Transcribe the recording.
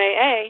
AA